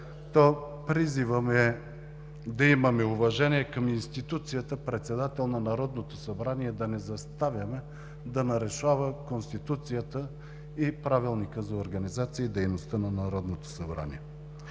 то призивът ми е да имаме уважение към институцията Председател на Народното събрание и да не я заставяме да нарушава Конституцията и Правилника за организацията и дейността на Народното събрание.